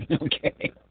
Okay